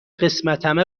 قسمتمه